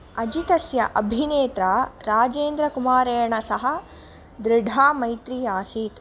अजितस्य अभिनेता राजेन्द्रकुमारेण सह दृढा मैत्री आसीत्